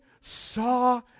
saw